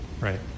right